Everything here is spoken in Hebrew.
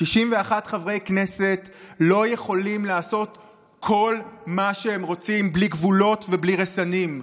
61 חברי כנסת לא יכולים לעשות כל מה שהם רוצים בלי גבולות ובלי רסנים.